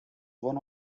one